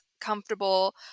comfortable